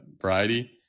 variety